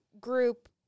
group